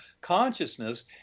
consciousness